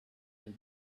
and